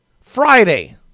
Friday